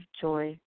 joy